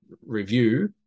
review